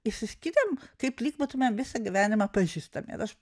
išsiskyrėm kaip lyg būtumėm visą gyvenimą pažįstami ir aš